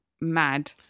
mad